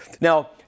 Now